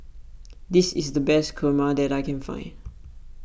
this is the best Kurma that I can find